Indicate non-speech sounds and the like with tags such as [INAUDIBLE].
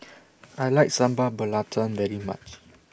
[NOISE] I like Sambal Belacan very much